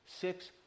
six